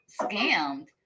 scammed